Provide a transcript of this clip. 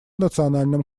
национальном